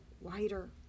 wider